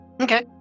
Okay